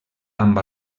amb